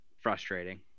frustrating